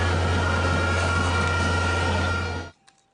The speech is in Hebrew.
אנחנו מבינים את זה ושותפים לתחושת הכאב ולתחושת חוסר הוודאות,